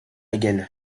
gaine